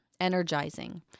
energizing